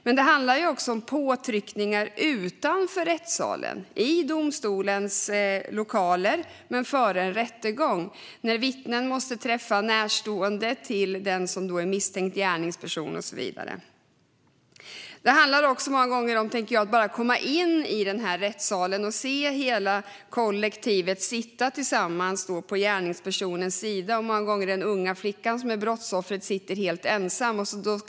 Men det handlar också om påtryckningar utanför rättssalen, i domstolens lokaler men före en rättegång, när vittnen måste träffa närstående till den misstänkta gärningspersonen. Det handlar också om att komma in i rättssalen och se hela kollektivet sitta tillsammans på gärningspersonens sida. Den unga flicka som är brottsoffer sitter många gånger helt ensam.